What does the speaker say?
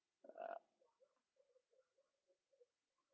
uh